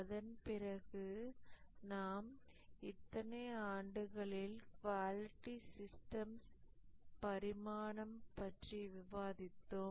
அதன் பிறகு நாம் இத்தனை ஆண்டுகளில் குவாலிட்டி சிஸ்டம்ஸ் பரிணாமம் பற்றி விவாதித்தோம்